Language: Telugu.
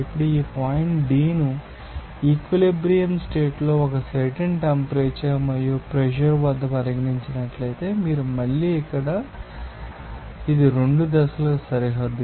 ఇప్పుడు ఈ పాయింట్ D ను ఈ ఈక్విలిబ్రియం స్టేట్స్ లో ఒక సర్టెన్ టెంపరేచర్ మరియు ప్రెషర్ వద్ద పరిగణించినట్లయితే మీరు మళ్ళీ ఇక్కడ చూస్తారు మరియు ఇది ఈ 2 దశల సరిహద్దు